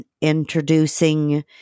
introducing